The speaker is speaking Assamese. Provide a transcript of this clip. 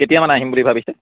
কেতিয়ামানে আহিম বুলি ভাবিছে